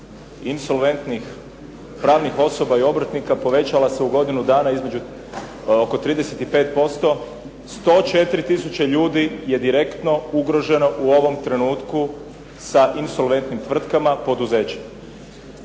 insolventnih pravnih osoba i obrtnika povećala se u godinu dana oko 35%. 104 tisuće ljudi je direktno ugroženo u ovom trenutku sa insolventnim tvrtkama, poduzećima.